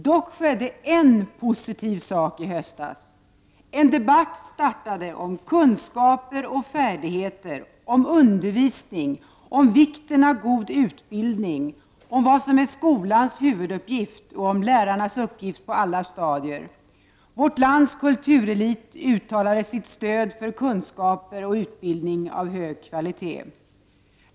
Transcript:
Docks skedde en positiv sak i höstas — en debatt startade om kunskaper och färdigheter, om undervisning, om vikten av god utbildning, om vad som är skolans huvuduppgift och om lärarnas uppgift på alla stadier. Vårt lands kulturelit uttalade sitt stöd för kunskaper och utbildning av hög kvalitet.